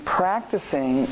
practicing